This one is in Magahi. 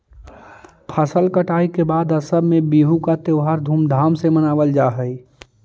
फसल कटाई के बाद असम में बिहू का त्योहार धूमधाम से मनावल जा हई